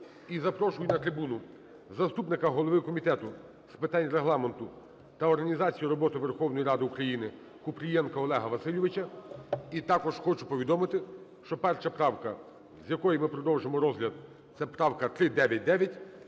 І запрошую на трибуну заступника голови Комітету з питань Регламенту та організації роботи Верховної Ради України Купрієнка Олега Васильовича. І також хочу повідомити, що перша правка, з якої ми продовжимо розгляд – це правка 399.